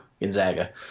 gonzaga